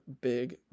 big